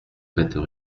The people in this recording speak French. faites